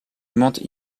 monde